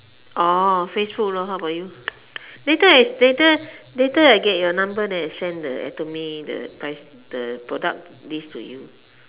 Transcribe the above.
orh Facebook lor how about you later I later later I get your number then I send the Atomy the price the product list to you